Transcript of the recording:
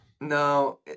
No